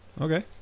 Okay